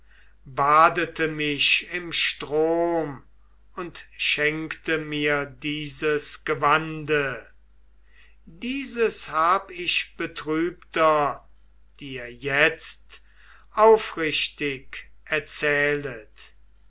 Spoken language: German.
badete mich im strom und schenkte mir diese gewande dieses hab ich betrübter dir jetzt aufrichtig erzählet